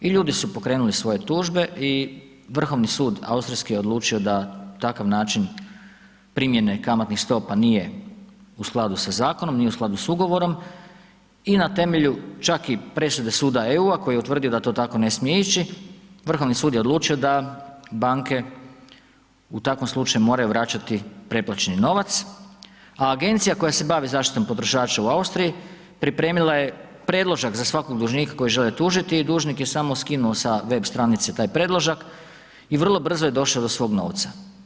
I ljudi su pokrenuli svoje tužbe i Vrhovni sud austrijski je odlučio da takav način primjene kamatnih stopa nije u skladu sa zakonom, nije u skladu s ugovorom i na temelju čak i presude Suda EU-a koji je utvrdio da to tako ne smije ići, Vrhovni sud je odlučio da banke u takvom slučaju moraju vraćati preplaćeni novac, a agencija koja se bavi zaštitom potrošača u Austriji pripremila je predložak za svakog dužnika koji žele tužiti i dužnik je samo skinuo sa web stranice taj predložak i vrlo brzo je došao do svojeg novca.